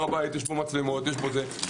יש מצלמות בהר הבית,